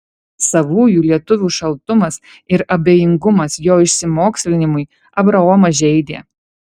savųjų lietuvių šaltumas ir abejingumas jo išsimokslinimui abraomą žeidė